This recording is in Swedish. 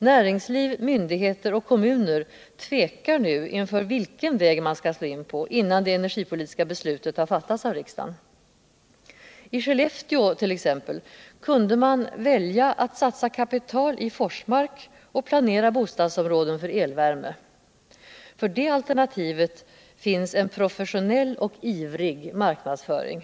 Näringsliv, myndigheter och kommuner tvekar nu inför vilken väg man skall slå in på. innan det energipoliviska beslutet har fattats av riksdagen. I Skellefteå kunde man t.ex. välja att satsa kapital i Forsmark och planera bostadsområden för elvärme. För det alternativet finns en professionell och ivrig marknadsföring.